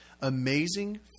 amazing